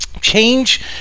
Change